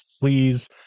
please